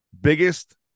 biggest